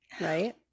Right